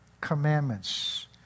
commandments